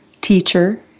teacher